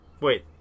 Wait